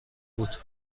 بود